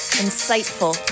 insightful